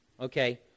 Okay